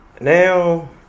Now